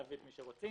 להביא את מי שרוצים,